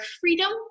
freedom